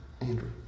Andrew